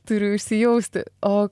turiu įsijausti o